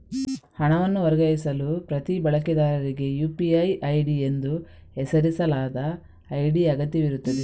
ಹಣವನ್ನು ವರ್ಗಾಯಿಸಲು ಪ್ರತಿ ಬಳಕೆದಾರರಿಗೆ ಯು.ಪಿ.ಐ ಐಡಿ ಎಂದು ಹೆಸರಿಸಲಾದ ಐಡಿ ಅಗತ್ಯವಿರುತ್ತದೆ